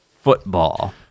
football